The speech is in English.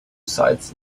sides